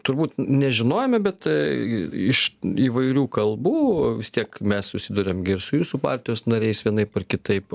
turbūt nežinojome bet iš įvairių kalbų vis tiek mes susiduriam gi ir su jūsų partijos nariais vienaip ar kitaip